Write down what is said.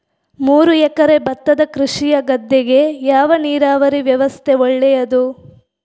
ಮೂರು ಎಕರೆ ಭತ್ತದ ಕೃಷಿಯ ಗದ್ದೆಗೆ ಯಾವ ನೀರಾವರಿ ವ್ಯವಸ್ಥೆ ಒಳ್ಳೆಯದು?